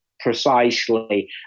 precisely